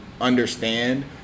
understand